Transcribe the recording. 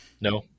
No